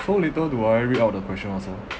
so later do I read out the question also